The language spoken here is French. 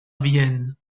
vienne